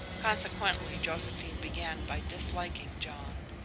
consequently josephine began by disliking john.